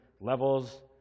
levels